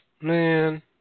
man